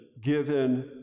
given